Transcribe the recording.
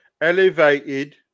Elevated